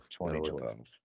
2012